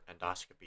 endoscopy